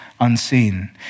unseen